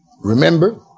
Remember